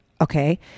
okay